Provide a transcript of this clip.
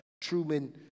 Truman